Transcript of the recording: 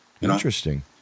Interesting